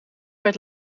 werd